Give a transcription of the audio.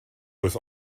was